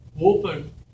open